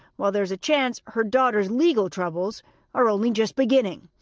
while there is a chance her daughter's legal troubles are only just beginning.